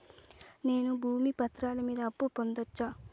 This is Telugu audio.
నేను భూమి పత్రాల మీద అప్పు పొందొచ్చా?